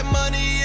money